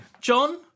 John